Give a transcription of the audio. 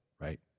Right